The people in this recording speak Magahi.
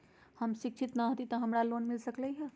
हम शिक्षित न हाति तयो हमरा लोन मिल सकलई ह?